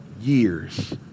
years